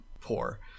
poor